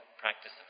practice